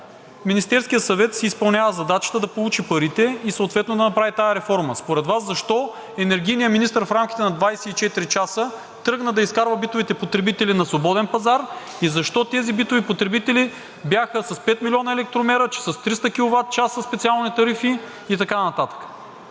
Министерският съвет си изпълнява задачата да получи парите и съответно да направи тази реформа. Според Вас защо енергийният министър, в рамките на 24 часа, тръгна да изкарва битовите потребители на свободен пазар и защото тези битови потребители бяха с 5 млн. електромера, че с 300 киловатчаса специални тарифи и така нататък?